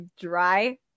dry